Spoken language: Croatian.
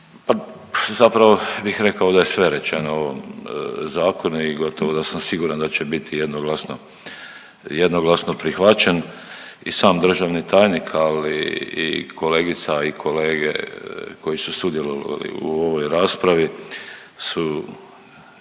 Pa zapravo bih rekao da je sve rečeno u ovom zakonu i gotovo da sam siguran da će biti jednoglasno prihvaćen. I sam državni tajnik, ali i kolegica i kolege koji su sudjelovali u ovoj raspravi su